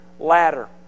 ladder